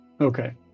Okay